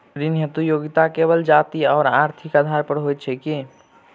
ऋण हेतु योग्यता केवल जाति आओर आर्थिक आधार पर होइत छैक की?